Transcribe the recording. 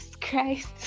Christ